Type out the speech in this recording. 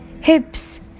Hips